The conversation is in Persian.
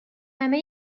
همه